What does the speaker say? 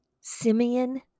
Simeon